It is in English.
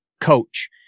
coach